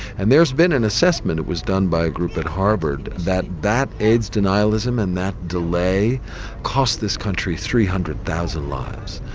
and there's been an assessment that was done by a group at harvard that that aids denialism and that delay cost this country three hundred thousand lives.